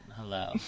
Hello